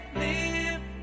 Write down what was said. live